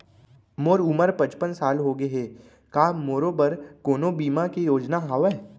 मोर उमर पचपन साल होगे हे, का मोरो बर कोनो बीमा के योजना हावे?